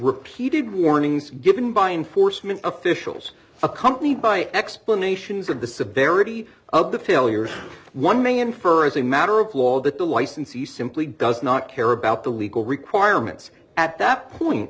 repeated warnings given by enforcement officials accompanied by explanations of the severity of the failures one may infer as a matter of law that the licensee simply does not care about the legal requirements at that point